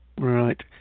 Right